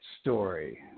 story